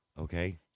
Okay